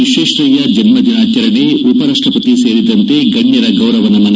ವಿಶ್ವೇಶ್ವರಯ್ಯ ಜನ್ಮದಿನಾಚರಣೆ ಉಪರಾಷ್ಟಪತಿ ಸೇರಿದಂತೆ ಗಣ್ಯರ ಗೌರವ ನಮನ